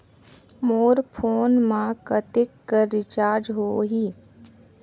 मोर phone मा कतेक कर रिचार्ज हो ही?